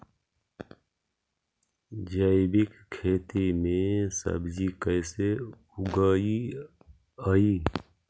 जैविक खेती में सब्जी कैसे उगइअई?